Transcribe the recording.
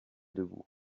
debout